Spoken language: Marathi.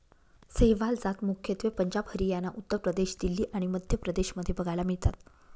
सहीवाल जात मुख्यत्वे पंजाब, हरियाणा, उत्तर प्रदेश, दिल्ली आणि मध्य प्रदेश मध्ये बघायला मिळतात